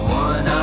one